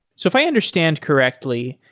so if i understand correctly,